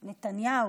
נתניהו: